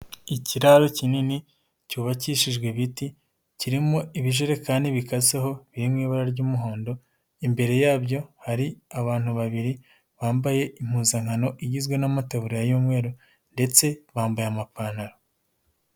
Ikiraro kinini cyubakishijwe ibiti, kirimo ibijerekani bikaseho biri mu ibara ry'umuhondo, imbere yabyo hari abantu babiri bambaye impuzankano igizwe n'amataburiya y'umweru ndetse bambaye amapantaro.